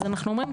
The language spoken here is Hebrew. אז אנחנו אומרים,